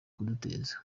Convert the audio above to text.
kuduteza